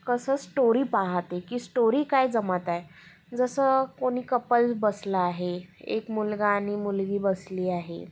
कसं स्टोरी पाहाते की स्टोरी काय जमत आहे जसं कोणी कपल बसलं आहे एक मुलगा आणि मुलगी बसली आहे